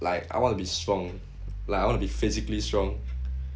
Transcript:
like I want to be strong like I want to be physically strong